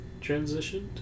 transitioned